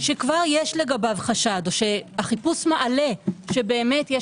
שכבר יש לגביו חשד או החיפוש מעלה שבאמת יש